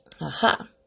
Aha